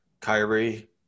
Kyrie